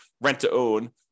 rent-to-own